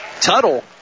Tuttle